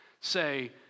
say